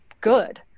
good